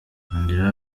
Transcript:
yongeraho